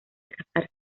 casarse